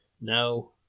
No